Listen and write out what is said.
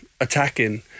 attacking